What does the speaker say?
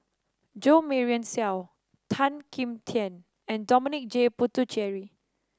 Jo Marion Seow Tan Kim Tian and Dominic J Puthucheary